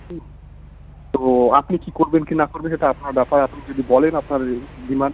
হুম তো আপনি কী করবেন কী না করবেন সেটা আপনার ব্যাপার আপনি যদি বলেন আপনার ডিমান্ড